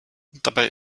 dabei